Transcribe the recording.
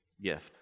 gift